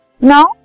Now